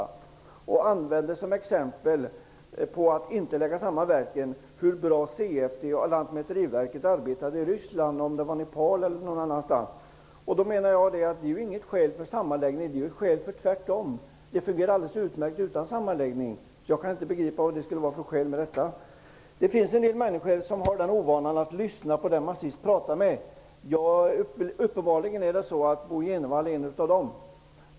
Som argument för att inte slå samman verken tog han ett exempel på hur bra CFD och Lantmäteriverket samarbetade i Ryssland, eller om det var i Nepal eller någon annanstans. Men jag menar att detta inte är ett skäl för sammanslagning -- tvärtom! Det fungerar ju alldeles utmärkt ändå! Jag begriper inte varför det skulle vara ett skäl för sammanslagning. Det finns människor som har ovanan att lyssna till den de sist pratade med. Uppenbarligen är Bo Jenevall en av dem.